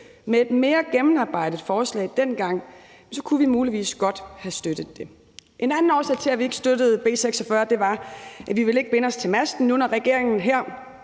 Med et mere gennemarbejdet forslag dengang kunne vi muligvis godt have støttet det. En anden årsag til, at vi ikke støttede B 46, var, at vi ikke ville binde os til masten nu, hvor regeringen her